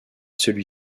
celui